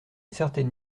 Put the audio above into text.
certaine